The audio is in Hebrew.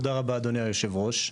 קודם כל, תודה רבה אדוני יושב הראש.